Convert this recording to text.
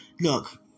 Look